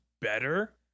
better